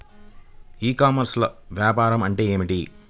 ఈ కామర్స్లో వ్యాపారం అంటే ఏమిటి?